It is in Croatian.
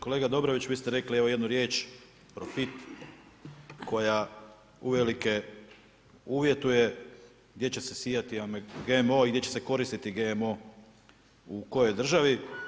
Kolega Dobrović, vi ste rekli evo jednu riječ, profit koja uvelike uvjetuje gdje će se sijati GMO i gdje će se koristiti GMO u kojoj državi.